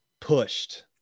pushed